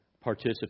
participate